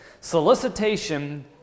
solicitation